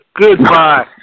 Goodbye